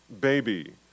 baby